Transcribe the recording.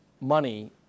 money